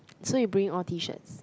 so you bring all T-shirts